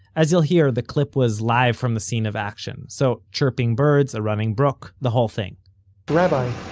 as you'll hear, the clip was live from the scene of action, so chirping birds, a running brook, the whole thing rabbi,